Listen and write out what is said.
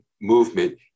movement